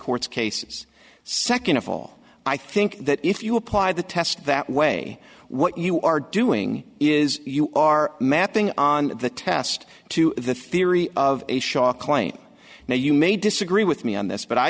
court's cases second of all i think that if you apply the test that way what you are doing is you are mapping on the test to the theory of a shock claim now you may disagree with me on this but i